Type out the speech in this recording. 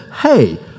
hey